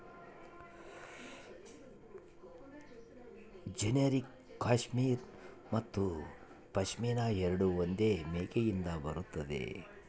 generic cashmere ಮತ್ತು ಪಶ್ಮಿನಾ ಎರಡೂ ಒಂದೇ ಮೇಕೆಯಿಂದ ಬರುತ್ತದೆ